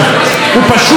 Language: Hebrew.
לא משיב.